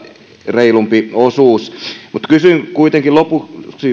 reilumpi osuus mutta kysyn kuitenkin lopuksi